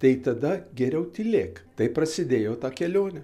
tai tada geriau tylėk taip prasidėjo ta kelionė